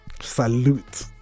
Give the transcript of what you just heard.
Salute